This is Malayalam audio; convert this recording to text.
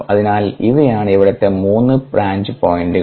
അതിനാൽ ഇവയാണ് ഇവിടത്തെ 3 ബ്രാഞ്ച് പോയിന്റുകൾ